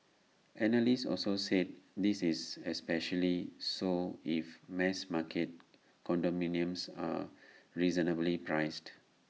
analysts also said this is especially so if mass market condominiums are reasonably priced